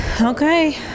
Okay